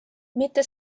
mitte